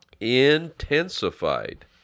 intensified